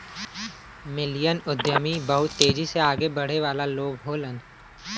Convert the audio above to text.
million उद्यमी बहुत तेजी से आगे बढ़े वाला लोग होलन